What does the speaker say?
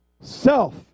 Self